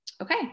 Okay